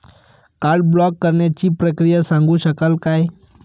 Card block करण्याची प्रक्रिया सांगू शकाल काय?